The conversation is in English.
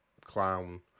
clown